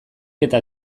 eta